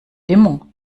dimmer